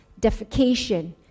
defecation